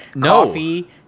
Coffee